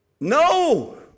No